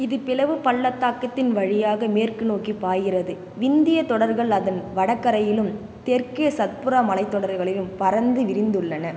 இது பிளவுப் பள்ளத்தாக்கத்தின் வழியாக மேற்கு நோக்கிப் பாய்கிறது விந்தியத் தொடர்கள் அதன் வடக் கரையிலும் தெற்கே சத்புரா மலைத் தொடர்களிலும் பரந்து விரிந்துள்ளன